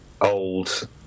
old